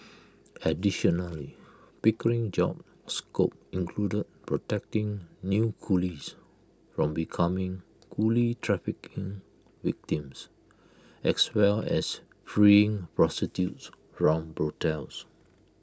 additionally pickering's job scope included protecting new coolies from becoming coolie trafficking victims as well as freeing prostitutes from brothels